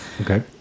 Okay